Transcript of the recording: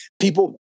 people